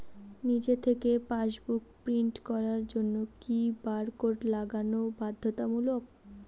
নিজে থেকে passbook print করার জন্য কি বারকোড লাগানো বাধ্যতামূলক?